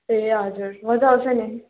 ए हजुर मजा आउँछ नि